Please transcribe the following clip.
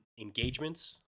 engagements